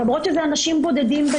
למרות שזה אנשים בודדים,